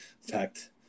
fact